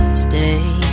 today